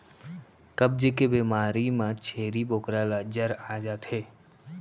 कब्ज के बेमारी म छेरी बोकरा ल जर आ जाथे